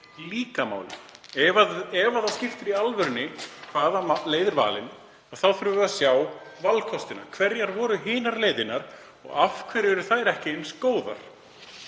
líka máli. Ef það skiptir í alvörunni máli hvaða leið er valin þurfum við að sjá valkostina. Hverjar voru hinar leiðirnar og af hverju eru þær ekki eins góðar?